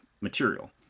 material